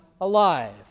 alive